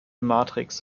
matrix